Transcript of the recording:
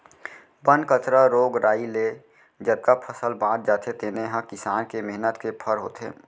बन कचरा, रोग राई ले जतका फसल बाँच जाथे तेने ह किसान के मेहनत के फर होथे